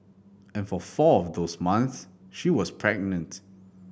and for four of those months she was pregnant